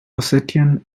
ossetian